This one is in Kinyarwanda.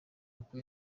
kuko